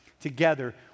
together